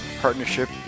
partnership